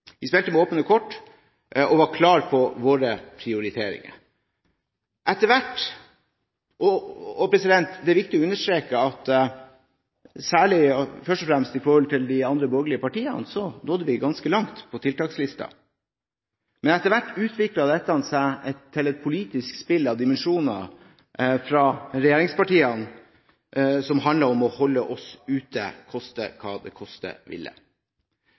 Vi spilte med åpne kort og var klare på våre prioriteringer. Det er viktig å understreke at først og fremst i forhold til de andre borgerlige partiene nådde vi ganske langt på tiltakslisten. Men etter hvert utviklet dette seg fra regjeringspartiene til et politisk spill av dimensjoner. Det handlet om å holde oss ute, koste hva det koste ville.